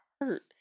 hurt